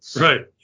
Right